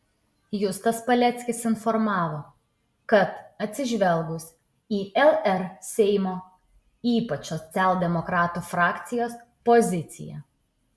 justas paleckis informavo kad atsižvelgs į lr seimo ypač socialdemokratų frakcijos poziciją